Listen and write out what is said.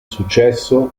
successo